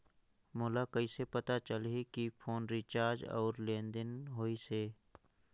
मोला कइसे पता चलही की फोन रिचार्ज और लेनदेन होइस हे?